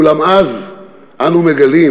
אולם אז אנו מגלים